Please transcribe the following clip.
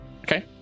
Okay